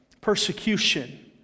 persecution